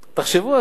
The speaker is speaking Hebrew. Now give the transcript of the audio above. תחשבו על זה.